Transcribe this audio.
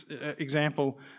example